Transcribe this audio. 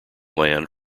land